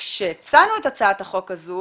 כשהצענו את הצעת החוק הזו,